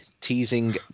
Teasing